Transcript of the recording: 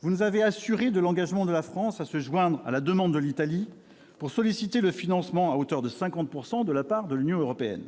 vous nous avez assuré de l'engagement de la France à se joindre à la demande de l'Italie pour solliciter le financement à hauteur de 50 % de la part de l'Union européenne.